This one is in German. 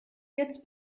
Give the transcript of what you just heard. jetzt